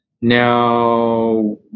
Now